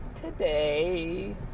Today